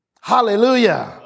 Hallelujah